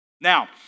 Now